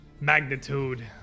magnitude